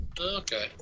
Okay